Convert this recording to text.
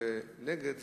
נגד,